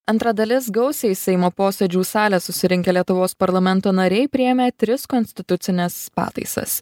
antra dalis gausiai į seimo posėdžių salę susirinkę lietuvos parlamento nariai priėmė tris konstitucines pataisas